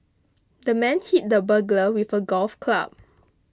the man hit the burglar with a golf club